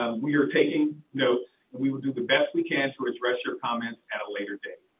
um we are taking notes and we will do the best we can to address your comments at a later date.